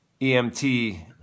EMT